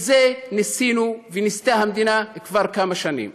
את זה ניסינו, וניסתה המדינה, כבר כמה שנים.